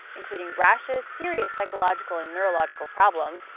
including rashes, serious psychological and neurological problems,